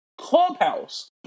Clubhouse